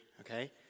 okay